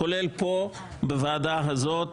כולל פה בוועדה הזאת,